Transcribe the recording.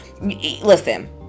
listen